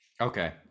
okay